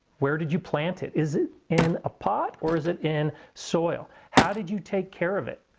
where did you plant it? is it in a pot or is it in soil? how did you take care of it?